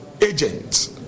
agents